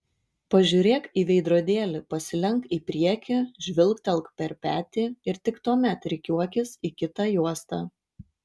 pažiūrėk į veidrodėlį pasilenk į priekį žvilgtelk per petį ir tik tuomet rikiuokis į kitą juostą